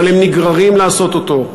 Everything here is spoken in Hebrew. אבל הם נגררים לעשות אותו.